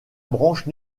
branche